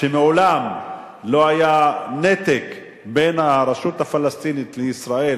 שמעולם לא היה נתק בין הרשות הפלסטינית לישראל,